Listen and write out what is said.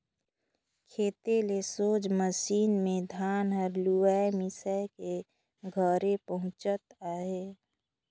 खेते ले सोझ मसीन मे धान हर लुवाए मिसाए के घरे पहुचत अहे